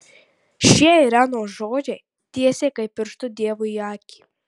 šie irenos žodžiai tiesiai kaip pirštu dievui į akį